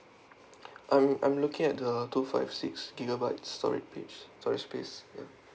I'm I'm looking at the two five six gigabytes storage spa~ storage space ya